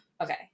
Okay